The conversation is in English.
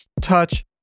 Touch